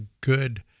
good